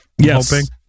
Yes